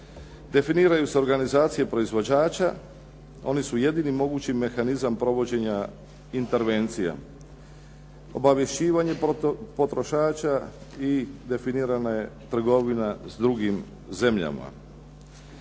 Definiraju se organizacije proizvođača, oni su jedini mogući mehanizam provođenja intervencija. Obavješćivanje potrošača i definirana je trgovina s drugim zemljama.